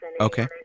Okay